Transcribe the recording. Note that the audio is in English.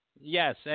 Yes